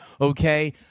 okay